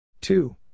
two